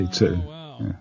Wow